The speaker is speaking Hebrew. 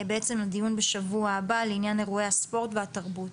בעצם לדיון בשבוע הבא לעניין אירועי הספורט והתרבות.